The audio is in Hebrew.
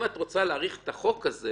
אם את רוצה להאריך את החוק הזה,